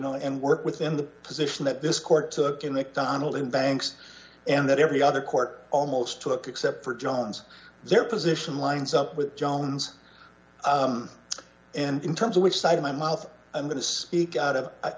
know and work within the position that this court took in the donald in banks and that every other court almost took except for john's their position lines up with jones and in terms of which side of my mouth i'm going to speak